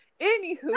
Anywho